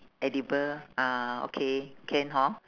edible ah okay can hor